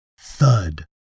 thud